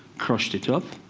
crushed it up.